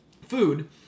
food